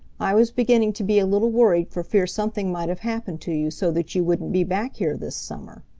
i was beginning to be a little worried for fear something might have happened to you so that you wouldn't be back here this summer.